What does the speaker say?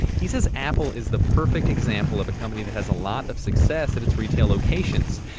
he said apple is the perfect example of a company that has a lot of success at its retail locations.